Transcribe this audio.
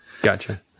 Gotcha